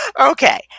Okay